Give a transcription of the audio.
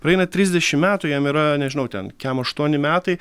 praeina trisdešimt metų jam yra nežinau ten kemaštuoni metai